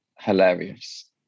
hilarious